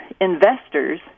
investors